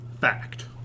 fact